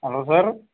hello sir